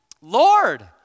Lord